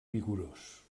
vigorós